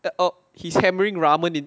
oh he's hammering ramen in